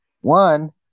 one